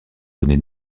donner